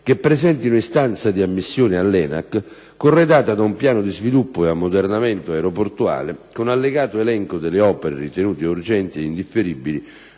che presentino istanza di ammissione all'ENAC corredata da un piano di sviluppo e ammodernamento aeroportuale con allegato elenco delle opere ritenute urgenti ed indifferibili